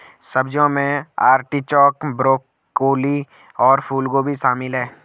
सब्जियों में artichoke, broccoli और फूलगोभी शामिल है